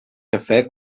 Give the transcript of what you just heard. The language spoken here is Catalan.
cafè